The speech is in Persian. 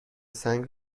سنگ